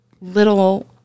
little